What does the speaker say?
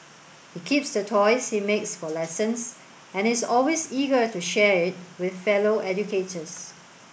he keeps the toys he makes for lessons and its always eager to share it with fellow educators